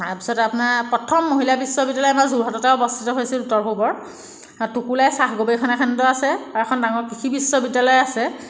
তাৰপিছত আপোনাৰ প্ৰথম মহিলা বিশ্ববিদ্যালয় আমাৰ যোৰহাটতে অৱস্থিত হৈছিল উত্তৰ পূৱৰ আৰু টোকোলাই চাহ গৱেষণা কেন্দ্ৰ আছে আৰু এখন ডাঙৰ কৃষি বিশ্ববিদ্যালয় আছে